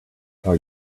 are